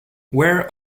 where